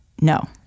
no